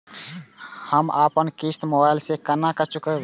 हम अपन किस्त मोबाइल से केना चूकेब?